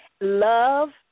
Love